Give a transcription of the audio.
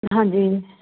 ਹਾਂਜੀ ਜੀ